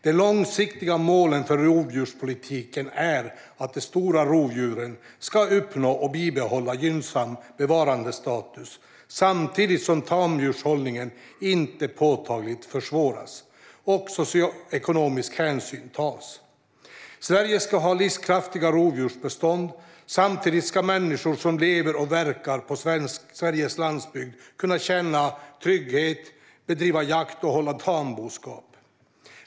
Det långsiktiga målet för rovdjurspolitiken är att de stora rovdjuren ska uppnå och bibehålla gynnsam bevarandestatus, samtidigt som tamdjurshållning inte påtagligt försvåras och socioekonomisk hänsyn tas. Sverige ska ha livskraftiga rovdjursbestånd. Samtidigt ska människor som lever och verkar på Sveriges landsbygd kunna känna trygghet, bedriva jakt och hålla tamboskap.